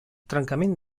trencament